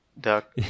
duck